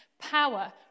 power